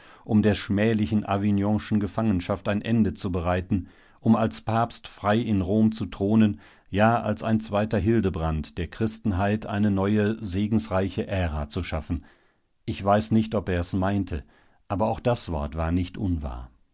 um der schmählichen avignon'schen gefangenschaft ein ende zu bereiten um als papst frei in rom zu thronen ja als ein zweiter hildebrand der christenheit eine neue segensreiche aera zu schaffen ich weiß nicht ob er es meinte aber auch das wort war nicht unwahr